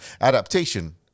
adaptation